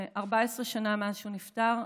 14 שנה מאז שהוא נפטר,